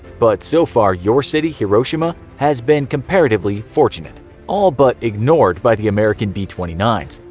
but so far, your city, hiroshima, has been comparatively fortunate all but ignored by the american b twenty nine s.